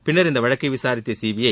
பின்னா் இந்த வழக்கை விசாரித்த சிபிஐ